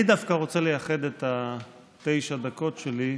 אני דווקא רוצה לייחד את תשע הדקות שלי,